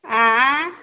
आएँ